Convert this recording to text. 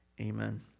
amen